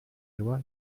loi